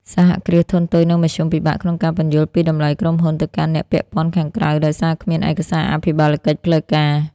សហគ្រាសធុនតូច និងមធ្យម ពិបាកក្នុងការពន្យល់ពី "តម្លៃក្រុមហ៊ុន" ទៅកាន់អ្នកពាក់ព័ន្ធខាងក្រៅ ដោយសារគ្មានឯកសារអភិបាលកិច្ចផ្លូវការ។